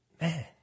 Man